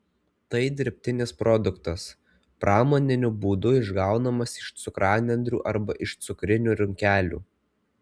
tai dirbtinis produktas pramoniniu būdu išgaunamas iš cukranendrių arba iš cukrinių runkelių